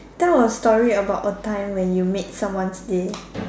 tell a story about a time when you made someone's day